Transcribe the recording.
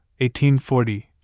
1840